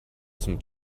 zum